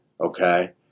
okay